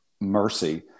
mercy